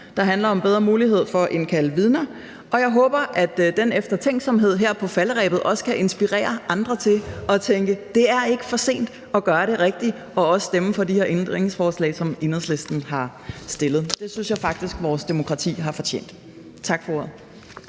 der handler om en bedre mulighed for at indkalde vidner. Og jeg håber, at den eftertænksomhed her på falderebet også kan inspirere andre til at tænke, at det ikke er for sent at gøre det rigtige og stemme for de her ændringsforslag, som Enhedslisten har stillet. Det synes jeg faktisk vores demokrati har fortjent. Tak for ordet.